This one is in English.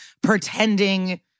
pretending